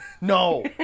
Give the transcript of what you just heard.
No